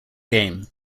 game